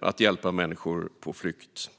att hjälpa människor på flykt.